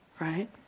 right